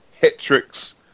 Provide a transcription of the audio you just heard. hat-tricks